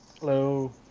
Hello